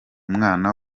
mwana